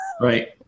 Right